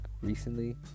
recently